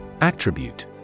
Attribute